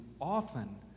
often